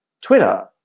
Twitter